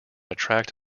attract